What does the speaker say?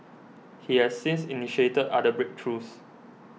he has since initiated other breakthroughs